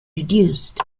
reduced